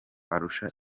arusha